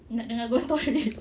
nak dengar ghost story